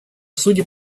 судя